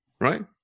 Right